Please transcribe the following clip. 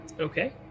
Okay